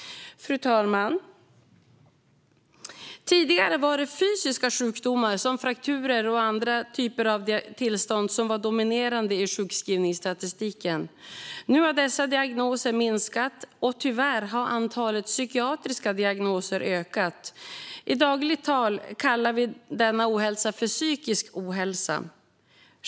Fru talman! Tidigare var det fysiska sjukdomar, som frakturer och andra typer av tillstånd, som var dominerande i sjukskrivningsstatistiken. Nu har dessa diagnoser minskat, och tyvärr har antalet psykiatriska diagnoser ökat. I dagligt tal kallar vi denna ohälsa "psykisk ohälsa".